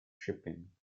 shipping